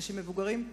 אנשים מבוגרים.